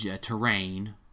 terrain